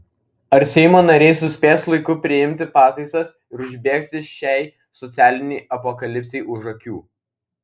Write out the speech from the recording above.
ar seimo nariai suspės laiku priimti pataisas ir užbėgti šiai socialinei apokalipsei už akių